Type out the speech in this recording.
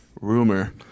rumor